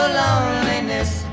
loneliness